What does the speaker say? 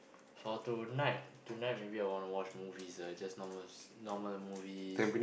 for tonight tonight maybe I wanna watch movies ah just normal s~ normal movies